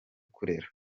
kurera